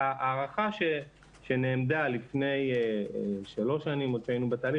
ההערכה שנאמדה לפני שלוש שנים עוד כשהיינו בתהליך,